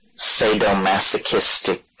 sadomasochistic